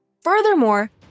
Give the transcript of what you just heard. Furthermore